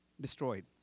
destroyed